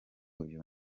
uyu